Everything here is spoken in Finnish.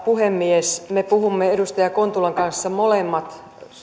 puhemies me puhumme edustaja kontulan kanssa molemmat